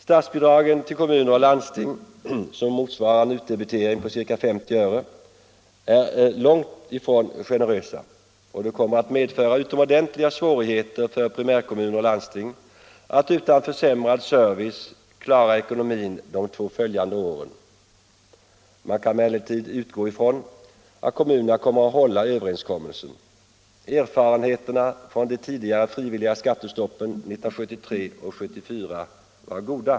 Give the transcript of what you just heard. Statsbidragen till kommuner och landsting, som motsvarar en utdebitering på ca 50 öre, är långt ifrån generösa, och det kommer att medföra utomordentliga svårigheter för primärkommuner och landsting att utan försämrad service klara ekonomin för de två följande åren. Man kan emellertid utgå ifrån att kommunerna kommer att hålla överenskommelsen. Erfarenheterna från de tidigare frivilliga skattestoppen 1973 och 1974 var goda.